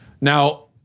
Now